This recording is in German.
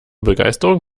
begeisterung